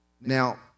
Now